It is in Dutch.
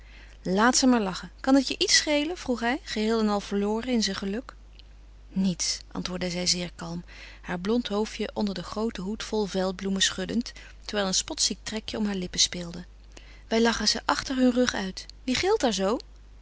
laat ze maar lachen kan het je iets schelen vroeg hij geheel en al verloren in zijn geluk niets antwoordde zij zeer kalm haar blond hoofdje onder den grooten hoed vol veldbloemen schuddend terwijl een spotziek trekje om haar lippen speelde wij lachen ze achter hun rug uit wie gilt daar zoo